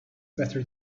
better